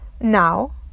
now